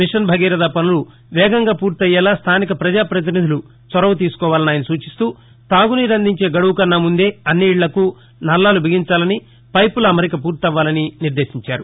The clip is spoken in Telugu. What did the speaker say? మిషన్ భగీరథ పనులు వేగంగా పూర్తయ్యేలా స్గానిక ప్రజాపతినిధులు చొరవ తీసుకోవాలని ఆయన సూచిస్తూ త్రాగు నీరు అందించే గడువుకన్నా ముందే అన్ని ఇళ్ళకు నల్లాలు బిగించాలని పైపుల అమరిక పూర్తవ్వాలని నిర్దేశించారు